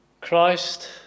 Christ